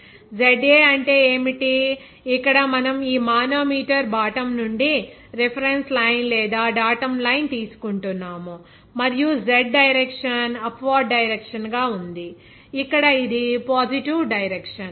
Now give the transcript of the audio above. ZA అంటే ఏమిటి ఇక్కడ మనం ఈ మానోమీటర్ బాటమ్ నుండి రిఫరెన్స్ లైన్ లేదా డాటమ్ లైన్ తీసుకుంటున్నాము మరియు Z direction upward direction గా ఉంది ఇక్కడ ఇది పాజిటివ్ డైరెక్షన్